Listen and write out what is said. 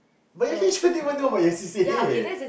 but H_O_D don't even know about your C_C_A